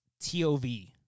Tov